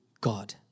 God